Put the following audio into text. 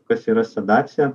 kas yra sedacija